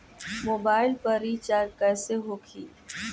Mobile पर recharge कैसे होखी?